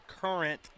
current